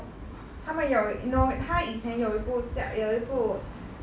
它们有 you know 它以前有一部叫有一部